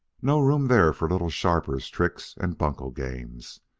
no room there for little sharpers' tricks and bunco games.